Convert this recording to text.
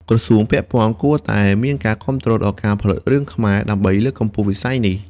ក្រសួងពាក់ព័ន្ធគួរតែមានការគាំទ្រដល់ការផលិតរឿងខ្មែរដើម្បីលើកកម្ពស់វិស័យនេះ។